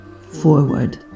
Forward